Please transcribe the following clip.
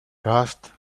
rushed